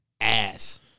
ass